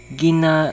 gina